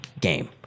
game